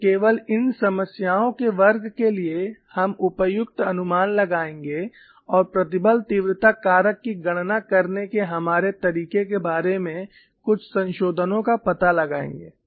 तो केवल इन समस्याओं के वर्ग के लिए हम उपयुक्त अनुमान लगाएंगे और प्रतिबल तीव्रता कारक की गणना करने के हमारे तरीके के बारे में कुछ संशोधनों का पता लगाएंगे